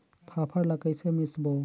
फाफण ला कइसे मिसबो?